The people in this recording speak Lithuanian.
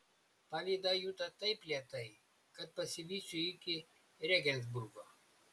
palyda juda taip lėtai kad pasivysiu iki rėgensburgo